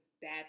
bad